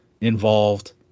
involved